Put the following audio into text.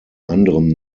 anderem